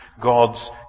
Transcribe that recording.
God's